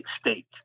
state